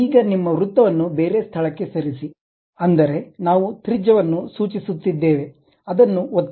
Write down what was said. ಈಗ ನಿಮ್ಮ ವೃತ್ತವನ್ನು ಬೇರೆ ಸ್ಥಳಕ್ಕೆ ಸರಿಸಿ ಅಂದರೆ ನಾವು ತ್ರಿಜ್ಯವನ್ನು ಸೂಚಿಸುತ್ತಿದ್ದೇವೆ ಅದನ್ನು ಒತ್ತಿ